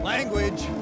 Language